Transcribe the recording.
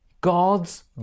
god's